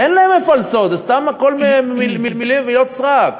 אין להם מפלסות, זה סתם הכול מילות סרק.